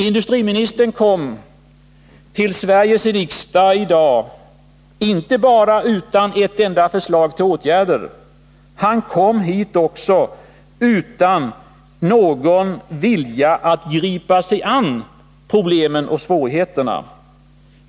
Industriministern kom till Sveriges riksdag i dag, inte bara utan ett enda förslag till åtgärder — han kom också hit utan någon vilja att gripa sig an problemen och svårigheterna.